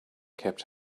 kept